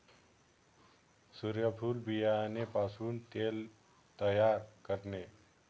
सूर्यफूल बियाणे पासून तेल तयार करणे